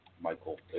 Michael